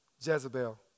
Jezebel